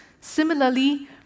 Similarly